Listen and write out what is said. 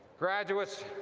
graduates,